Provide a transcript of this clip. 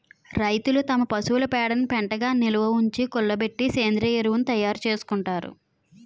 రైతులు తమ పశువుల పేడను పెంటగా నిలవుంచి, కుళ్ళబెట్టి సేంద్రీయ ఎరువును తయారు చేసుకుంటారు